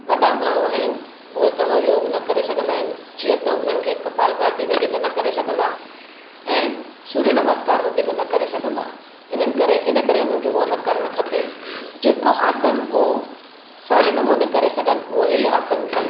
वॾा माण्हू आहिनि उहे घणो योगु न करे सघंदा आहिनि जीअं त उन्हनि खे कपालभाति वधीक न करे सघंदा ऐं सूर्य नमस्कार वधीक न करे सघंदा इन्हनि करे इन करे उन्हनि खे उहो न करणु खपे जेको आसनु हू सवुले नमूने करे सघनि उहे ही आसनु कनि